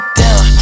down